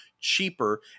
cheaper